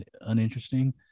uninteresting